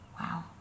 Wow